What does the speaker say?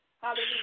Hallelujah